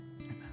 Amen